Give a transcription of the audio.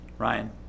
ryan